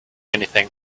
anything